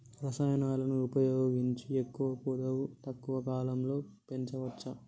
రసాయనాలను ఉపయోగించి ఎక్కువ పొడవు తక్కువ కాలంలో పెంచవచ్చా?